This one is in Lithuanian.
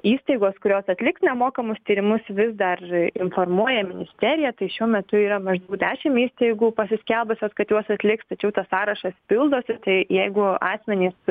įstaigos kurios atliks nemokamus tyrimus vis dar informuoja ministeriją tai šiuo metu yra maždaug dešim įstaigų pasiskelbusios kad juos atliks tačiau tas sąrašas pildosi tai jeigu asmenys